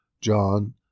John